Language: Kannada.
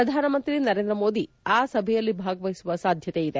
ಪ್ರಧಾನಮಂತ್ರಿ ನರೇಂದ್ರ ಮೋದಿ ಆ ಸಭೆಯಲ್ಲಿ ಭಾಗವಹಿಸುವ ಸಾಧ್ಯತೆಯಿದೆ